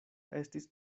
estis